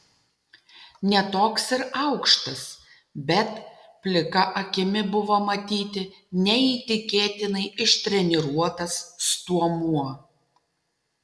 ne toks ir aukštas bet plika akimi buvo matyti neįtikėtinai ištreniruotas stuomuo